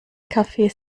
kaffee